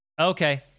okay